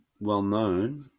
well-known